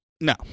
no